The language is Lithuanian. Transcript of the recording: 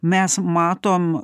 mes matom